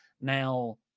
Now